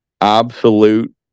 absolute